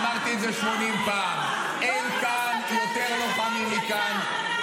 אמרתי את זה 80 פעם: אין כאן יותר לוחמים מכאן.